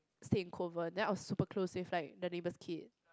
stay in convent then I was super close with my the neighbour's kid